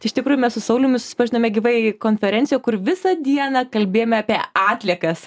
tai iš tikrųjų mes su sauliumi susipažinome gyvai konferencijoj kur visą dieną kalbėjome apie atliekas